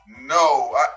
No